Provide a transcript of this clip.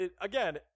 again